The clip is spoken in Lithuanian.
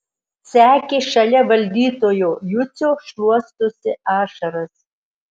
sekė šalia valdytojo jucio šluostosi ašaras